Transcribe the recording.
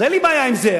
אז אין לי בעיה עם זה.